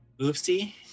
Oopsie